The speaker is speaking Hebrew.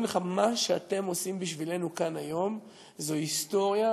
לך: מה שאתם עושים בשבילנו כאן היום זה היסטוריה,